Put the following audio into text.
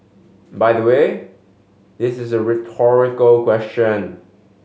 by the way this is a rhetorical question